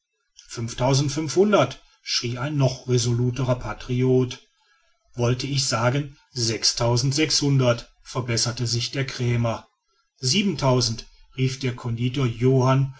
fünfhundert schrie ein noch resoluterer patriot wollte ich sagen sechstausend sechshundert verbesserte sich der krämer siebentausend rief der conditor johann